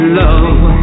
love